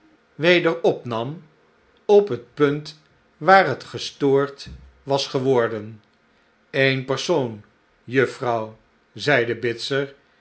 weder opnam op het punt waar het gestoord was geworden i im i f ee n persoon juffrouw zeide bitzer